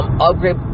upgrade